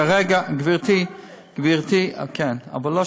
אדוני השר, פתחתי את דברי בזה.